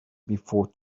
before